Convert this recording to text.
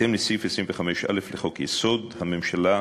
בהתאם לסעיף 25(א) לחוק-יסוד: הממשלה,